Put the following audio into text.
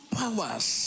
powers